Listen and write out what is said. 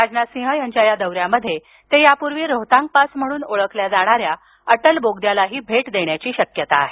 राजनाथसिंह यांच्या या दौऱ्यामध्ये ते यापूर्वी रोहतांग पास म्हणून ओळखल्या जाणाऱ्या अटल बोगद्यालाही भेट देण्याची शक्यता आहे